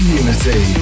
unity